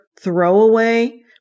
throwaway